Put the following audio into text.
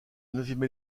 neuvième